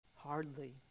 Hardly